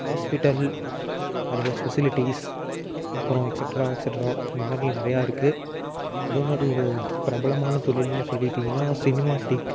hospital அதோட facilities அப்புறோம் extra extra இந்த மாதிரி நிறையா இருக்கு அதே மாதிரி இது பிரபலமான தொழில்ன்னு சொல்லிகிட்டிங்கன்னா சினிமாடிக்